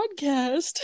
podcast